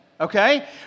Okay